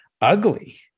ugly